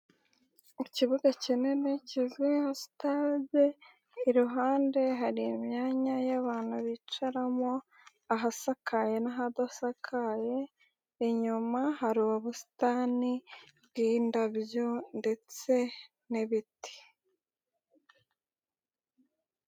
Ikibuga kinini kizuye nka sitade, iruhande hari imyanya y'abantu bicaramo ahasakaye n'ahadasakaye, inyuma hari ubusitani bw'indabyo ndetse n'ibiti.